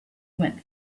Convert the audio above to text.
went